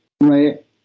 right